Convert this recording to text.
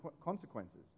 consequences